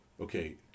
okay